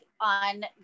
on